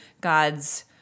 God's